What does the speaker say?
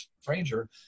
stranger